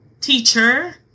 teacher